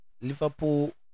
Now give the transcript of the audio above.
Liverpool